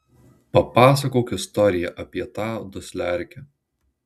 papasakok istoriją apie tą dusliarkę